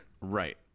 Right